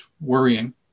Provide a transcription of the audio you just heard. worrying